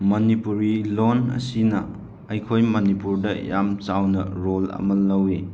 ꯃꯅꯤꯄꯨꯔꯤ ꯂꯣꯟ ꯑꯁꯤꯅ ꯑꯩꯈꯣꯏ ꯃꯅꯤꯄꯨꯔꯗ ꯌꯥꯝ ꯆꯥꯎꯅ ꯔꯣꯜ ꯑꯃ ꯂꯧꯏ